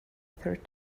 third